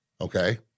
okay